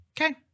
Okay